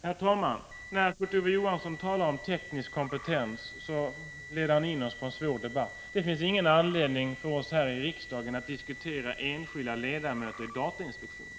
När Kurt Ove Johansson talar om teknisk kompetens leder han oss in på en svår debatt. Det finns ingen anledning för oss i riksdagen att diskutera enskilda ledamöter i datainspektionen.